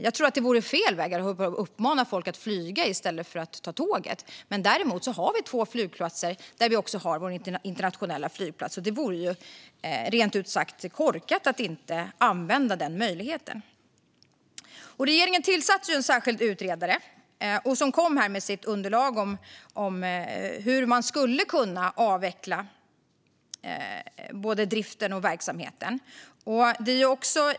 Jag tror att det vore fel väg att börja uppmana folk att flyga i stället för att ta tåget, men däremot har vi två flygplatser där vi också har vår internationella flygplats, och det vore ju rent ut sagt korkat att inte använda den möjligheten. Regeringen tillsatte en särskild utredare som kom med sitt underlag om hur man skulle kunna avveckla både driften och verksamheten.